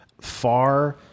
far